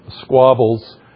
squabbles